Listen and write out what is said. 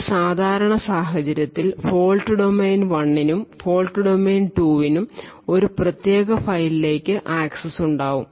ഒരു സാധാരണ സാഹചര്യത്തിൽ ഫോൾട് ഡൊമെയ്ൻ 1 നും ഫോൾട് ഡൊമെയ്ൻ 2 നും ഒരു പ്രത്യേക ഫയലിലേക്ക് ആക്സസ് ഉണ്ടായിരിക്കും